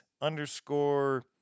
underscore